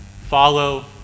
follow